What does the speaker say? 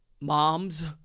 moms